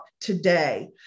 today